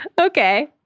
Okay